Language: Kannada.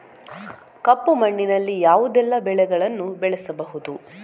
ಕಪ್ಪು ಮಣ್ಣಿನಲ್ಲಿ ಯಾವುದೆಲ್ಲ ಬೆಳೆಗಳನ್ನು ಬೆಳೆಸಬಹುದು?